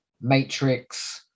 Matrix